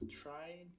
Try